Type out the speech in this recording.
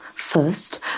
First